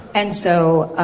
and so,